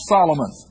Solomon